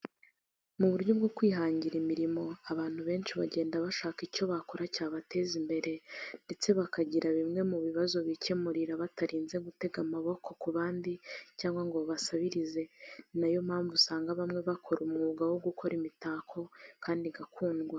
Mu buryo bwo kwihangira imirimo abantu benshi bagenda bashaka icyo bakora cyabateza imbere ndetse bakagira bimwe mu bibazo bakikemurira batarinze gutega amaboko ku bandi cyangwa se ngo basabirize. Ni na yo mpamvu usanga bamwe bakora umwuga wo gukora imitako kandi igakundwa.